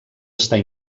estar